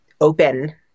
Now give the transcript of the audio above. open